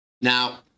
Now